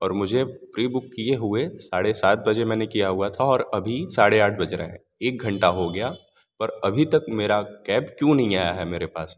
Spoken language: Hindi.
पर मुझे प्री बुक किए हुए साढ़े सात बजे मैंने किया हुआ था और अभी साढ़े आठ बज रहा हैं एक घंटा हो गया पर अभी तक मेरा कैब क्यों नहीं आया है मेरे पास